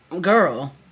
girl